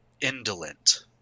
indolent